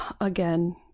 Again